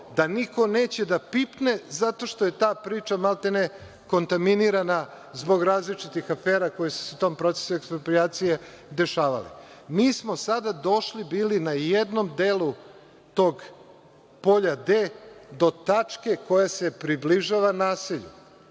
da niko neće da pipne, zato što je ta priča maltene kontaminirana zbog različitih afera koje su se u tom procesu eksproprijacije dešavale. Mi smo sada došli na jednom telu tog Polja D do tačke koja se približava nasilju